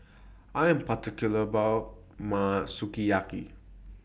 I Am particular about My Sukiyaki